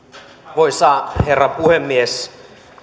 arvoisa herra puhemies